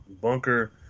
Bunker